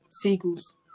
seagulls